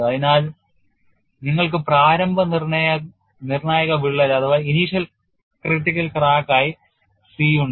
അതിനാൽ നിങ്ങൾക്ക് പ്രാരംഭ നിർണായക വിള്ളൽ ആയി c ഉണ്ട്